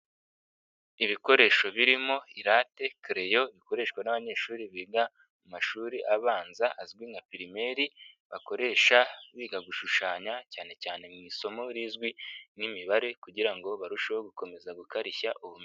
Ibikoresho birimo irate, kereyo bikoreshwa n'abanyeshuri biga mu mashuri abanza azwi nka pirimeri bakoresha biga gushushanya cyanecyane mu isomo rizwi nk'imibare kugira ngo barusheho gukomeza gukarishya ubumenyi.